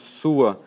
sua